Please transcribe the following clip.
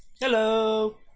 Hello